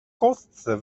kostce